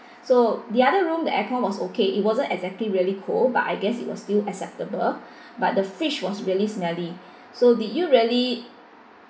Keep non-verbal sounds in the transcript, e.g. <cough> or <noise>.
so the other room the aircon was okay it wasn't exactly really cool but I guess it was still acceptable <breath> but the fridge was really smelly so did you really